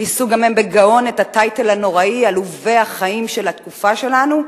יישאו גם הם בגאון את הטייטל הנוראי "עלובי החיים" של התקופה שלנו?